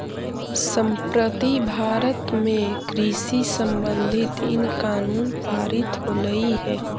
संप्रति भारत में कृषि संबंधित इन कानून पारित होलई हे